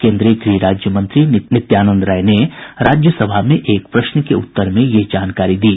केन्द्रीय गृह राज्य मंत्री नित्यानंद राय ने राज्यसभा में एक प्रश्न के उत्तर में यह जानकारी दी